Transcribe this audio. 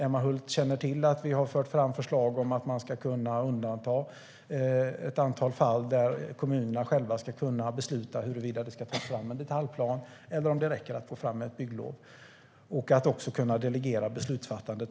Emma Hult känner till att vi har fört fram förslag om att man ska kunna undanta ett antal fall där kommunerna själva ska kunna besluta huruvida det ska tas fram en detaljplan eller om det räcker att gå fram med ett bygglov. Det ska också vara möjligt att delegera beslutsfattandet.